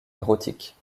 érotique